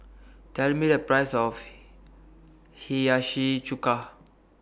Tell Me The Price of Hiyashi Chuka